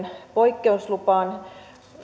poikkeuslupaan